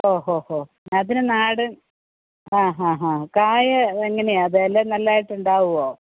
ഓ ഹോ ഹോ അതിന് നാട് ആ ഹാ ഹാ കായ എങ്ങനെയാണ് ബലം നല്ലതായിട്ട് ഉണ്ടാവുമോ